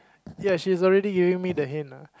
ya she's already giving me the hint ah